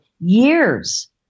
years